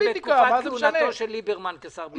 ובתקופת כהונתו של ליברמן כשר ביטחון.